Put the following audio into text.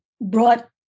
brought